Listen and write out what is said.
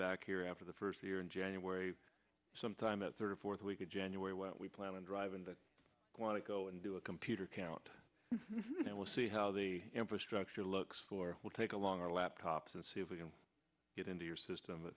back here after the first year in january sometime a third of fourth week of january when we plan on driving that want to go and do a computer count and we'll see how the infrastructure looks for we'll take along our laptops and see if we can get into your system